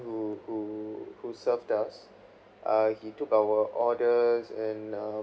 who who who served us uh he took our orders and uh